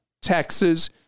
Texas